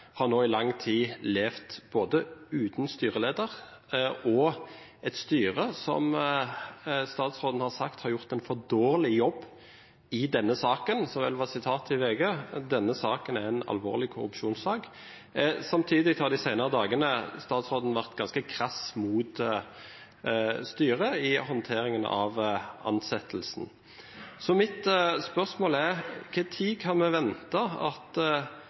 eier, nå i lang tid har levd både uten styreleder og med et styre som statsråden har sagt «har gjort en for dårlig jobb i denne saken», som vel er sitatet fra VG. Denne saken er en alvorlig korrupsjonssak. Samtidig har statsråden de senere dagene vært ganske krass mot styret i håndteringen av ansettelsen. Mitt spørsmål er: Når kan vi vente at